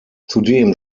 zudem